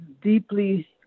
deeply